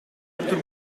arthur